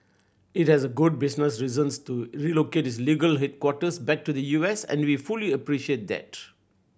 it has good business reasons to relocate its legal headquarters back to the U S and we fully appreciate that